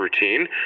routine